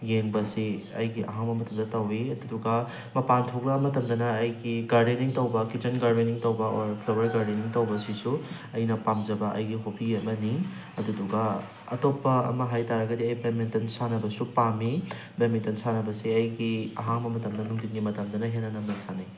ꯌꯦꯡꯕꯁꯤ ꯑꯩꯒꯤ ꯑꯍꯥꯡꯕ ꯃꯇꯝꯗ ꯇꯧꯋꯤ ꯑꯗꯨꯗꯨꯒ ꯃꯄꯥꯟ ꯊꯣꯛꯂꯛꯑ ꯃꯇꯝꯗꯅ ꯑꯩꯒꯤ ꯒꯥꯔꯗꯦꯅꯤꯡ ꯇꯧꯕ ꯀꯤꯠꯆꯟ ꯒꯥꯔꯗꯦꯅꯤꯡ ꯇꯧꯕ ꯑꯣꯔ ꯐ꯭ꯂꯋꯥꯔ ꯒꯥꯔꯗꯦꯅꯤꯡ ꯇꯧꯕ ꯑꯁꯤꯁꯨ ꯑꯩꯅ ꯄꯥꯝꯖꯕ ꯑꯩꯒꯤ ꯍꯣꯕꯤ ꯑꯃꯅꯤ ꯑꯗꯨꯗꯨꯒ ꯑꯇꯣꯞꯄ ꯑꯃ ꯍꯥꯏ ꯇꯥꯔꯒꯗꯤ ꯑꯩ ꯕꯦꯠꯃꯤꯟꯇꯦꯜ ꯁꯥꯟꯅꯕꯁꯨ ꯄꯥꯝꯃꯤ ꯕꯦꯠꯃꯤꯟꯇꯜ ꯁꯥꯟꯅꯕꯁꯤ ꯑꯩꯒꯤ ꯑꯍꯥꯡꯕ ꯃꯇꯝꯗ ꯅꯨꯡꯗꯤꯟꯒꯤ ꯃꯇꯝꯗꯅ ꯍꯦꯟꯅ ꯅꯝꯅ ꯁꯥꯟꯅꯩ